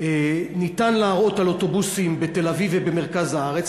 ניתן להראות על אוטובוסים בתל-אביב ובמרכז הארץ,